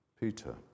Peter